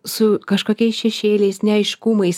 su kažkokiais šešėliais neaiškumais